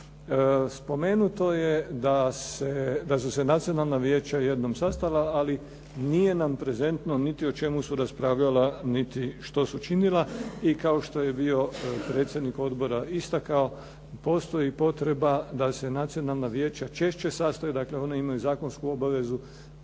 Spomenuto je da su se nacionalna vijeća jednom sastala, ali nije nam prezentno niti o čemu su raspravljala, niti što su činila. I kao što je bio predsjednik odbora istakao, postoji potreba da se nacionalna vijeća češće sastaju, dakle ona imaju minimalnu zakonsku obavezu